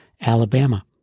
Alabama